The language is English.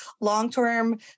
long-term